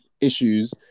issues